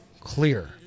clear